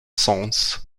sens